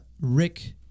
Rick